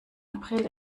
april